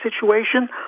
situation